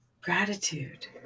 gratitude